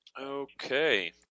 Okay